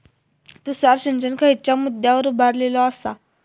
तुषार सिंचन खयच्या मुद्द्यांवर उभारलेलो आसा?